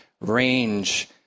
range